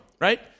right